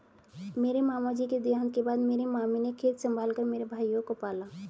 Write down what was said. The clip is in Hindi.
मेरे मामा जी के देहांत के बाद मेरी मामी ने खेत संभाल कर मेरे भाइयों को पाला